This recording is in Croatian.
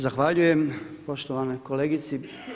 Zahvaljujem poštovanoj kolegici.